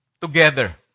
together